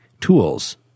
tools